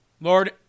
Lord